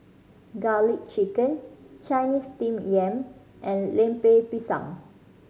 Garlic Chicken Chinese Steamed Yam and Lemper Pisang